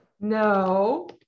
no